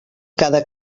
cada